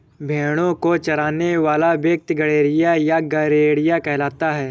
भेंड़ों को चराने वाला व्यक्ति गड़ेड़िया या गरेड़िया कहलाता है